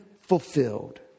fulfilled